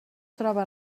troba